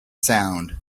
sound